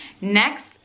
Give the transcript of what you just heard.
Next